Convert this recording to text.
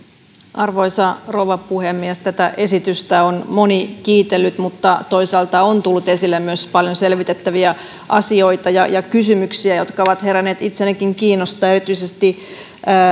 arvoisa rouva puhemies tätä esitystä on moni kiitellyt mutta toisaalta on tullut esille myös paljon selvitettäviä asioita ja ja kysymyksiä jotka ovat heränneet itseänikin kiinnostaa erityisesti